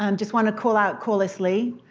and just want to call out corliss lee,